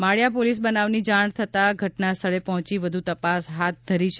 માળીયા police બનાવની જાણ થતાં ઘટના સ્થળે પહોંચી વધ્ર તપાસ હાથ ધરી છે